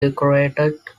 decorated